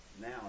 now